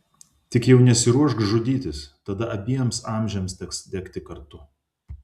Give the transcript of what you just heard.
tik jau nesiruošk žudytis tada abiems amžiams teks degti kartu